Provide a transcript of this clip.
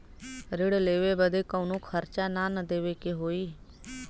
ऋण लेवे बदे कउनो खर्चा ना न देवे के होई?